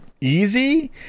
easy